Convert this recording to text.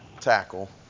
tackle